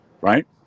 right